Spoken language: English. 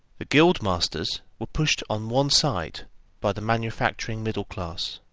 the guild-masters were pushed on one side by the manufacturing middle class